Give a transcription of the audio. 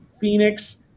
Phoenix